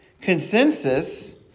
consensus